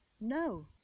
No